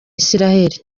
israel